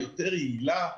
יותר יעילה,